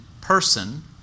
person